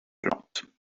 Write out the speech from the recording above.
plantes